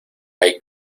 hay